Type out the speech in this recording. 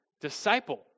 disciple